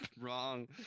Wrong